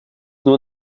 nur